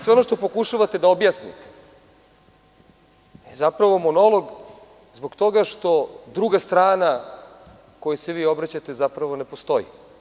Sve ono što pokušavate da objasnite, zapravo monolog, zbog toga što druga strana kojoj se vi obraćate, zapravo ne postoji.